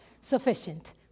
sufficient